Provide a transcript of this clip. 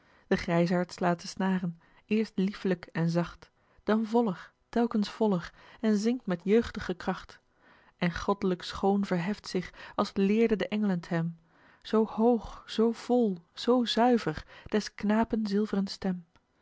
de grijsaard slaat de snaren eerst liefelijk en zacht dan voller telkens voller en zingt met jeugd'ge kracht en god'lijk schoon verheft zich als leerden de eng'len t hem zoo hoog zoo vol zoo zuiver des knapen zilv'ren stem